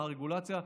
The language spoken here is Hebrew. מה הרגולציה.